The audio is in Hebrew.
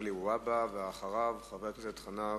מגלי והבה, ואחריו, חבר הכנסת חנא סוייד.